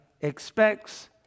expects